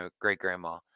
great-grandma